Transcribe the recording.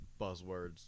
buzzwords